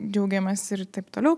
džiaugiamės ir taip toliau